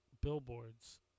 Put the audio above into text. billboards